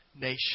nation